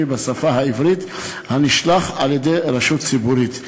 בשפה העברית הנשלח על-ידי רשות ציבורית.